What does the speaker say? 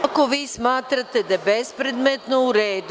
Ako vi smatrate da je bespredmetno u redu.